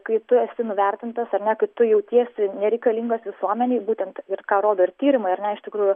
kai tu esi nuvertintas ar ne kai tu jautiesi nereikalingas visuomenei būtent ir ką rodo tyrimai ar ne iš tikrųjų